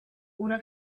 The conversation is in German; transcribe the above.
oder